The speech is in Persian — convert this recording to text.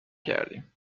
کردیم